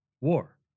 war